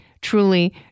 truly